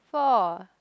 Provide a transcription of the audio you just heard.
four